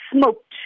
smoked